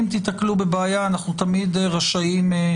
אם תיתקלו בבעיה, אנחנו תמיד רשאים.